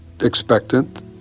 expectant